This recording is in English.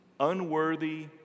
Unworthy